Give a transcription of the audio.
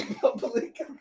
public